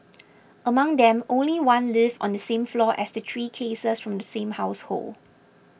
among them only one lived on the same floor as the three cases from the same household